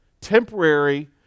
temporary